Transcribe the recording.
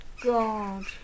God